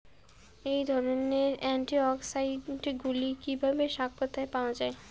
এই ধরনের অ্যান্টিঅক্সিড্যান্টগুলি বিভিন্ন শাকপাতায় পাওয়া য়ায়